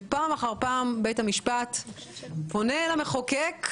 פעם אחר פעם בית המשפט פונה אל המחוקק,